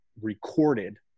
recorded